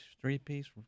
three-piece